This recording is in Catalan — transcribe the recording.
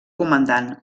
comandant